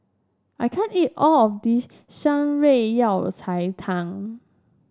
I can't eat all of this Shan Rui Yao Cai Tang